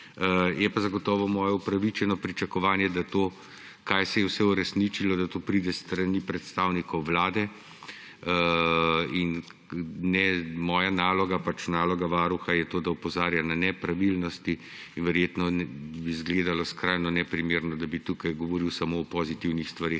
Je pa zagotovo moje upravičeno pričakovanje, da to, kaj se je vse uresničilo, da to pride s strani predstavnikov Vlade. In ne, moja naloga, pač naloga varuha je to, da opozarja na nepravilnosti. In verjetno bi zgledalo skrajno neprimerno, da bi tukaj govoril samo o pozitivnih stvareh,